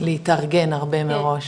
להתארגן הרבה מראש,